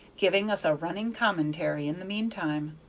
giving us a running commentary in the mean time.